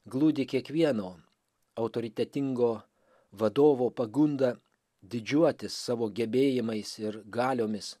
glūdi kiekvieno autoritetingo vadovo pagunda didžiuotis savo gebėjimais ir galiomis